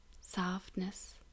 softness